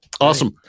awesome